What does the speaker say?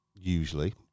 usually